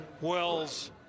Wells